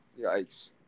Yikes